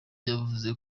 yavuze